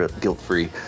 guilt-free